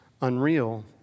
unreal